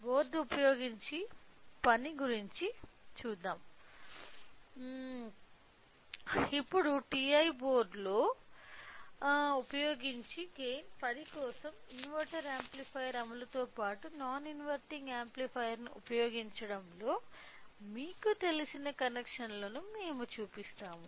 board ఉపయోగించి పని గురించి చూద్దాం ఇప్పుడు TI బోర్డ్ ఉపయోగించి గైన్ 10 కోసం ఇన్వర్టింగ్ యాంప్లిఫైయర్ అమలుతో పాటు నాన్ ఇన్వర్టింగ్ యాంప్లిఫైయర్ను ఉపయోగించడంలో మీకు తెలిసిన కనెక్షన్లను మేము చూస్తాము